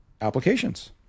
applications